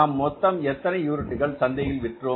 நாம் மொத்தம் எத்தனை யூனிட்டுகள் சந்தையில் விற்றோம்